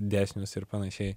dėsnius ir panašiai